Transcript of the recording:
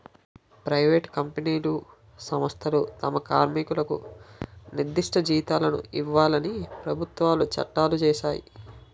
private కంపెనీలు సంస్థలు తమ కార్మికులకు నిర్దిష్ట జీతాలను ఇవ్వాలని ప్రభుత్వాలు చట్టాలు చేశాయి